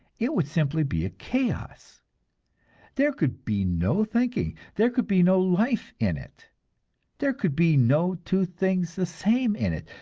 it would simply be a chaos there could be no thinking, there could be no life in it there could be no two things the same in it,